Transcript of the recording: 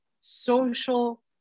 social